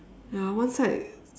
ya one side